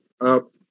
up